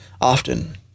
often